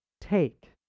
take